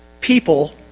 people